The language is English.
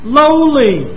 lowly